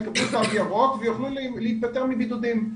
יקבלו תו ירוק ויוכלו להתפטר מבידודים.